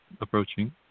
approaching